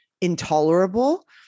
intolerable